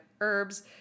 herbs